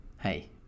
hey